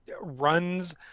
runs